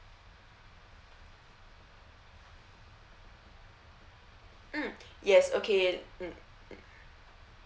mm yes okay mm mm